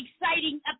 exciting